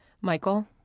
Michael